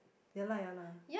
ya lah ya lah